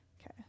Okay